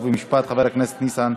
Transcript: ניסן?